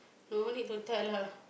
no need to tell lah